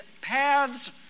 paths